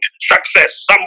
success